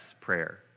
prayer